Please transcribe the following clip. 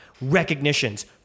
Recognitions